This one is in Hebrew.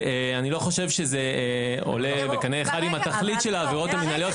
אני לא חושב שזה עולה בקנה אחד עם התכלית של העבירות המינהליות.